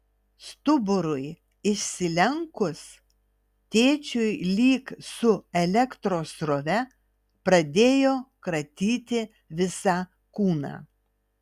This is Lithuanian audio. stuburui išsilenkus tėčiui lyg su elektros srove pradėjo kratyti visą kūną